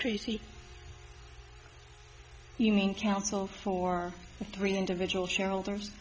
tracy you mean counsel for three individual shareholders